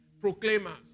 proclaimers